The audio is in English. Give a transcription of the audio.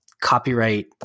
copyright